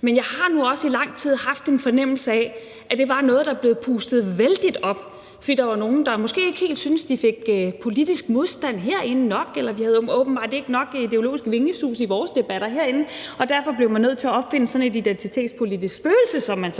Men jeg har nu også i lang tid haft en fornemmelse af, at det bare er noget, der er blevet pustet vældigt op, fordi der var nogle, der måske ikke helt syntes, de fik politisk modstand nok herinde, eller at vi åbenbart ikke havde nok ideologisk vingesus i vores debatter herinde, og derfor blev man nødt til at opfinde sådan et identitetspolitisk spøgelse, som man så